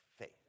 faith